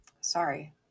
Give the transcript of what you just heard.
Sorry